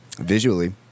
Visually